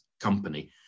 company